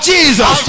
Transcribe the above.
Jesus